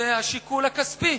זה השיקול הכספי.